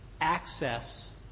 access